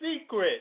secret